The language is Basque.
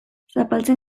zapaltzen